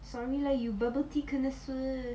sorry me lah you bubble tea connoisseur